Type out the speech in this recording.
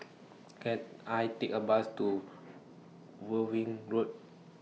Can I Take A Bus to Worthing Road